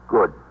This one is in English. Good